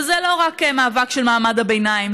וזה לא רק מאבק של מעמד הביניים,